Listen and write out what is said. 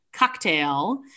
Cocktail